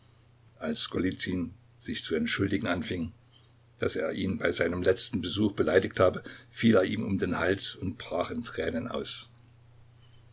als golizyn sich zu entschuldigen anfing daß er ihn bei seinem letzten besuch beleidigt habe fiel er ihm um den hals und brach in tränen aus